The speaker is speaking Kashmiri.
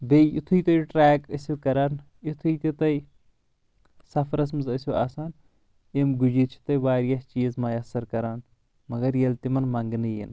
بیٚیہِ یتُھے تُہۍ ٹریک ٲسیٚو کران یِتھُے تہِ تُہۍ سفرس منٛز ٲسیٚو آسان یِم گُجر چھِ تۄہہِ واریاہ چیٖز میسر کران مگر ییٚلہِ تِمن منگنہٕ ینۍ